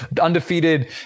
undefeated